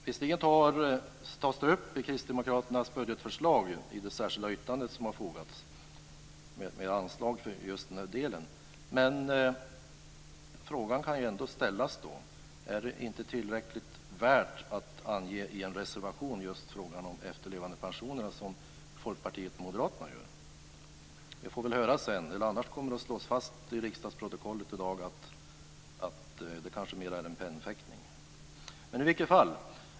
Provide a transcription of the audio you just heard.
Visserligen tar Kristdemokraterna upp anslag för just den här delen i ett särskilt yttrande, men frågan kan ändå ställas: Är det inte tillräckligt viktigt att ange i en reservation just frågan om efterlevandepensionerna, som Folkpartiet och Moderaterna gör? Vi får väl höra det sedan. Annars kommer det att slås fast i riksdagsprotokollet i dag att det kanske mer är en pennfäktning.